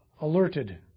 alerted